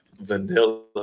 vanilla